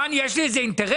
מה, יש לי איזה אינטרס?